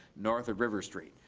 north of river street.